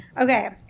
Okay